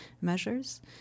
measures